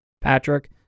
Patrick